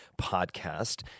podcast